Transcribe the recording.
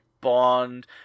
bond